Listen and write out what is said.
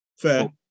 Fair